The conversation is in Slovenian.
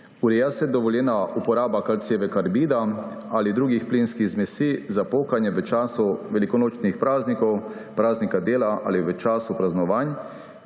Ureja se dovoljena uporaba kalcijevega karbida ali drugih plinskih zmesi za pokanje v času velikonočnih praznikov, praznika dela ali v času praznovanj,